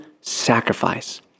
sacrifice